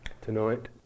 tonight